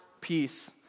peace